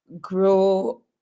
grow